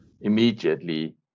immediately